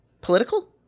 political